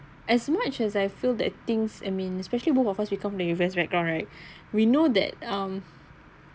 as much as I feel that things I mean especially both of us we come from the events background right we know that um